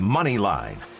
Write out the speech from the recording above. Moneyline